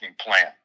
plan